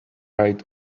right